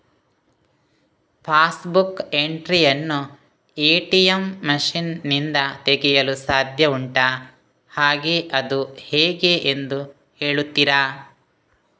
Pass book entry ಯನ್ನು ATM machine ನಿಂದ ತೆಗೆಯಲು ಸಾಧ್ಯ ಉಂಟಾ ಹಾಗೆ ಅದು ಹೇಗೆ ಎಂದು ಹೇಳುತ್ತೀರಾ?